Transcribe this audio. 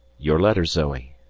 your letter, zoe!